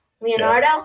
Leonardo